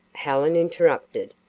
helen interrupted,